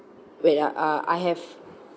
wait ah uh I have